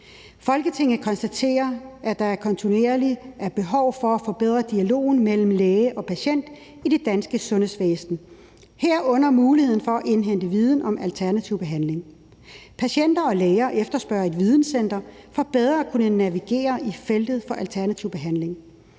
»Folketinget konstaterer, at der kontinuerligt er behov for at forbedre dialogen mellem læge og patient i det danske sundhedsvæsen, herunder muligheden for at indhente viden om alternativ behandling. Patienter og læger efterspørger et videncenter for bedre at kunne navigere i feltet for alternativ behandling.